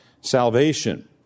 salvation